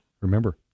Remember